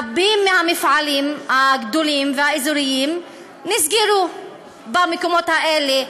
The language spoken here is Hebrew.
רבים מהמפעלים הגדולים והאזוריים נסגרו במקומות האלה.